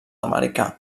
americà